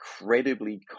incredibly